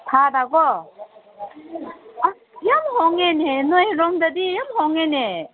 ꯊꯥꯗꯀꯣ ꯑꯁ ꯌꯥꯝ ꯍꯣꯡꯉꯦꯅꯦ ꯅꯣꯏꯔꯣꯝꯗꯗꯤ ꯌꯥꯝ ꯍꯣꯡꯉꯦꯅꯦ